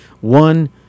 One